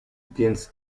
więc